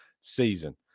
season